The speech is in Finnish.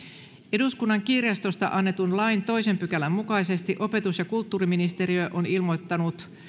eduskunnan kirjastosta annetun lain toisen pykälän mukaisesti opetus ja kulttuuriministeriö on ilmoittanut